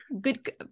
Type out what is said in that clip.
Good